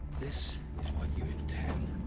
this. is what you intend?